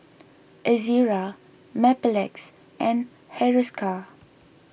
Ezerra Mepilex and Hiruscar